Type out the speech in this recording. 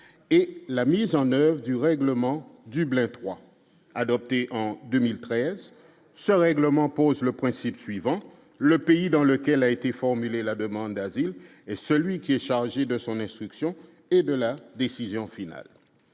et la mise en oeuvre du règlement Dublin III, adopté en 2013 ce règlement pose le principe suivant le pays dans lequel a été formulé la demande d'asile et celui qui est chargé de son instruction et de la décision finale,